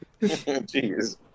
Jeez